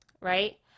right